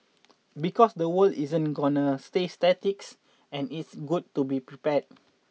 because the world isn't gonna stay statics and it's good to be prepared